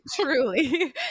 truly